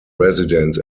residents